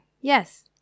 Yes